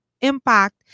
impact